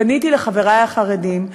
פניתי לחברי החרדים,